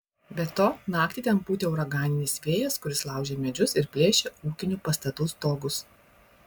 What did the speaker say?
be to naktį ten pūtė uraganinis vėjas kuris laužė medžius ir plėšė ūkinių pastatų stogus